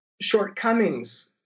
shortcomings